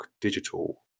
Digital